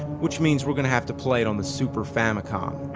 which means we're going to have to play it on the super famicom.